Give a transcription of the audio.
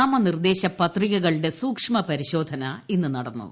നാമനിർദ്ദേശ പത്രികകളുടെ സൂക്ഷ്മ പരിശോധന ഇന്നു നടന്നു